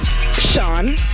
Sean